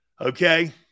Okay